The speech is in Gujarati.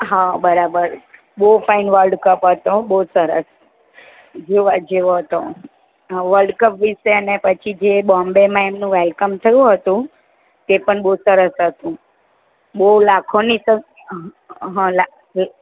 હા બરાબર બહુ ફાઇન વર્લ્ડકપ હતો બહુ સરસ જોવા જેવો હતો હા વર્લ્ડકપ વિશે ને પછી જે બોમ્બેમાં એમનું વેલકમ થયું હતું તે પણ બહુ સરસ હતું બહુ લાખોની હા હં